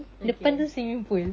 okay